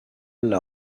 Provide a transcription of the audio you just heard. l’a